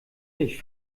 ich